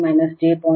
866 ನಂತರ 0